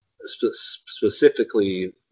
specifically